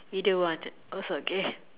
you don't want to also okay